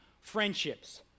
friendships